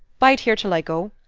bide here till i go.